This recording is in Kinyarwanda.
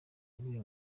yabwiye